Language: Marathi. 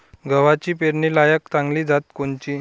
गव्हाची पेरनीलायक चांगली जात कोनची?